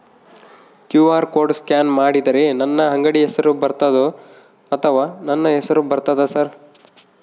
QR code scan ಮಾಡಿದರೆ ನನ್ನ ಅಂಗಡಿ ಹೆಸರು ಬರ್ತದೋ ಅಥವಾ ನನ್ನ ಹೆಸರು ಬರ್ತದ ಸರ್?